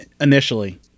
initially